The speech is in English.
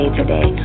today